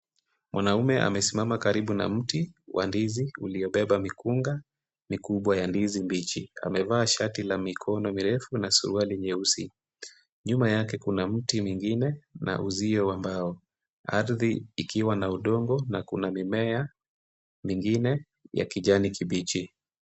Mwanamume amesimama karibu mti wa ndizi uliobeba mikunga mikubwa ya ndizi mbichi, amevaa shati la mikono mirefu na suruali nyeusi. Nyuma yake kuna miti mingine na uzio wa mbao. Ardhi ikiwa na udongo na kuna mimea mingine ya kijani kibichi.